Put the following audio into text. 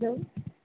hello